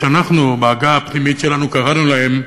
שאנחנו בעגה הפנימית שלנו קראנו להם,